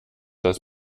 das